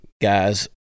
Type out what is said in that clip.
guys